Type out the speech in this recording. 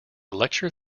lecture